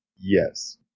Yes